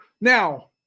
Now